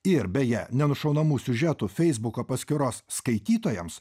ir beje neužšaunamų siužetų feisbuko paskyros skaitytojams